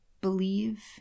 believe